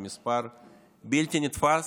זה מספר בלתי נתפס,